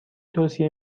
توصیه